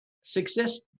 success